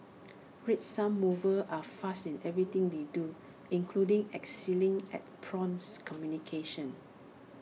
red sun movers are fast in everything they do including excelling at prompt communication